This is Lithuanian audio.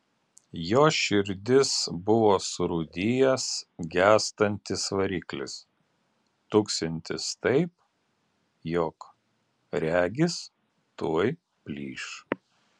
jo širdis buvo surūdijęs gęstantis variklis tuksintis taip jog regis tuoj plyš